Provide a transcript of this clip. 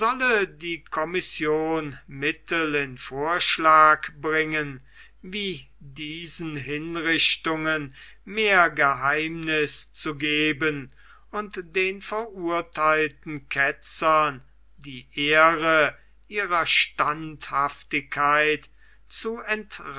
die commission mittel in vorschlag bringen wie diesen hinrichtungen mehr geheimniß zu geben und den verurteilten ketzern die ehre ihrer standhaftigkeit zu